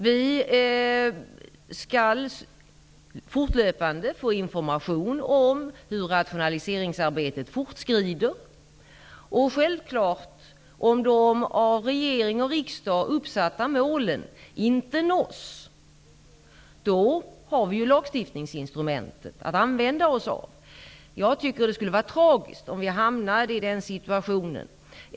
Vi skall fortlöpande få information om hur rationaliseringsarbetet fortskrider, och om de av regering och riksdag uppsatta målen inte nås har vi självfallet lagstiftningsinstrumentet att använda oss av. Jag tycker att det skulle vara tragiskt om vi hamnade i den situationen.